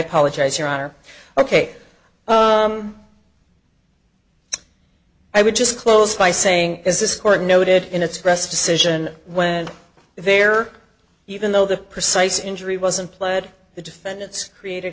apologize your honor ok i would just close by saying as this court noted in its press decision when there even though the precise injury wasn't pled the defendants created